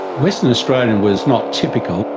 western australia was not typical,